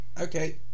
Okay